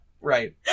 Right